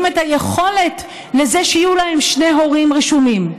את היכולת לזה שיהיו להם שני הורים רשומים.